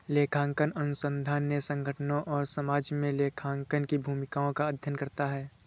लेखांकन अनुसंधान ने संगठनों और समाज में लेखांकन की भूमिकाओं का अध्ययन करता है